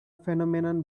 phenomenon